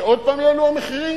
שעוד פעם יעלו המחירים?